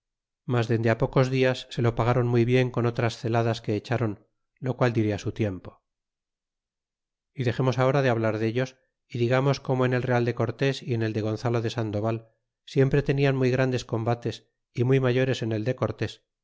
mas dende pocos dias se lo pagron muy bien con otras celadas que echron lo qual diré su tiempo y dexemos agora de hablar dellos y digamos como en el real de cortés y en el de gonzalo de sandoval siempre tenian muy grandes combates y muy mayores en el de